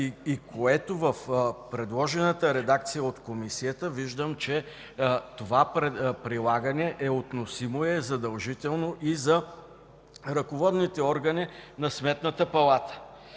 кодекс. В предложената редакция от Комисията виждам, че това прилагане е относимо и е задължително и за ръководните органи на Сметната палата.